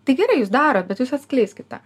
tai gerai jūs darot bet jūs atskleiskit tą